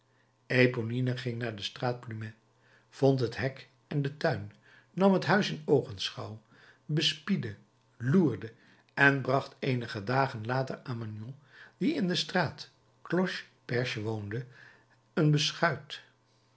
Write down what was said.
eponine ging naar de straat plumet vond het hek en den tuin nam het huis in oogenschouw bespiedde loerde en bracht eenige dagen later aan magnon die in de straat cloche perce woonde een beschuit